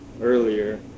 earlier